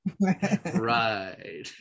Right